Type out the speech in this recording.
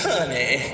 Honey